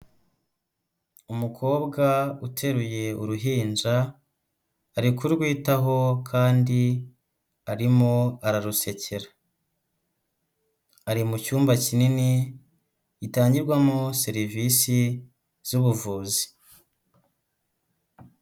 Umukobwa uteruye uruhinja ari kurwitaho kandi arimo ararusekera, ari mu cyumba kinini gitangirwamo serivisi z'ubuvuzi.